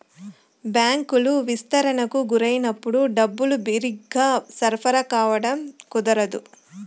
బ్యాంకులు విస్తరణకు గురైనప్పుడు డబ్బులు బిరిగ్గా సరఫరా కావడం కుదరదు